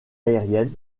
aérienne